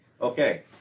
Okay